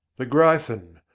the gryphon.